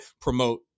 promote